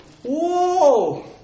Whoa